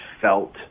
felt